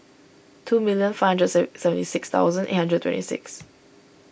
two million five hundred seventy six thousand eight hundred twenty six